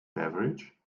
beverage